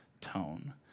tone